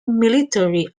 military